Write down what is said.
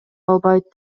албайт